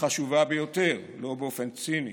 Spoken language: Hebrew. חשובה ביותר, לא באופן ציני,